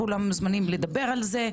כולם מוזמנים לדבר על זה,